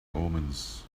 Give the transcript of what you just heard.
omens